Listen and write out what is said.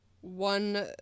one